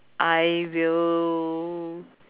I will